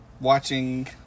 watching